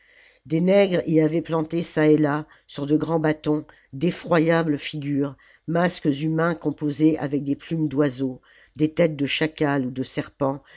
des nègres y avaient planté çà et là sur de grands bâtons d'effroyables figures masques humains composés avec des plumes d'oiseaux des têtes de chacals ou de serpents